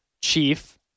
chief